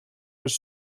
was